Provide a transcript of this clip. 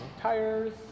tires